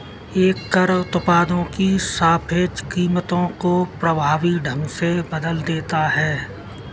एक कर उत्पादों की सापेक्ष कीमतों को प्रभावी ढंग से बदल देता है